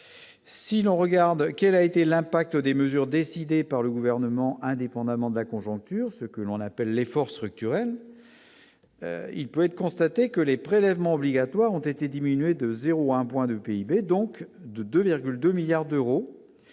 Si l'on regarde quelle a été l'impact des mesures décidées par le gouvernement, indépendamment de la conjoncture, ce que l'on appelle l'effort structurel. Il peut être constaté que les prélèvements obligatoires ont été diminué de 0 1 point de PIB donc de 2 2 milliards d'euros